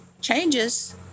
changes